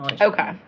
Okay